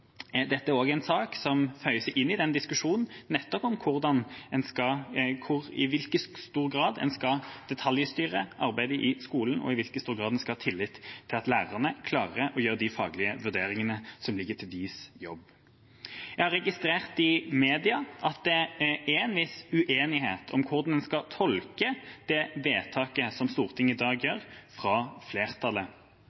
Dette er en sak som også føyer seg inn i diskusjonen om i hvor stor grad en skal detaljstyre arbeidet i skolen, og i hvor stor grad en skal ha tillit til at lærerne klarer å gjøre de faglige vurderingene som ligger til deres jobb. Jeg har i media registrert at det er en viss uenighet om hvordan en skal tolke det vedtaket som flertallet i Stortinget i dag